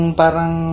parang